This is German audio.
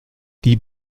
die